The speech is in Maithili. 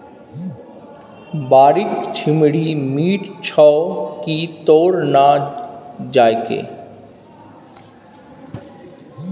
बाड़ीक छिम्मड़ि मीठ छौ की तोड़ न जायके